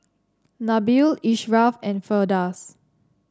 Nabil Ashraff and Firdaus